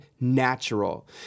natural